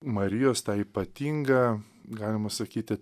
marijos tą ypatingą galima sakyti